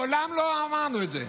מעולם לא אמרנו את זה.